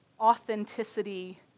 authenticity